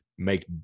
make